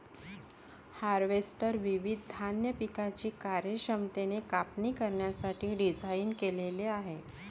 harvester विविध धान्य पिकांची कार्यक्षमतेने कापणी करण्यासाठी डिझाइन केलेले आहे